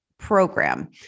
program